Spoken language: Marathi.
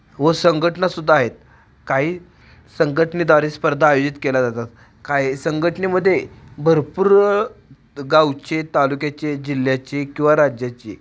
व संघटनासुद्धा आहेत काही संघटनेद्वारे स्पर्धा आयोजित केल्या जातात काही संघटनेमध्ये भरपूर गावचे तालुक्याचे जिल्ह्याचे किंवा राज्याचे